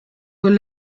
were